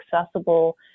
accessible